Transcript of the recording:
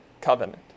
covenant